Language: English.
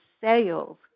sales